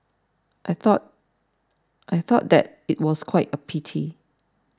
I thought I thought that it was quite a pity